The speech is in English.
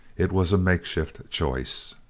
it was a make-shift choice.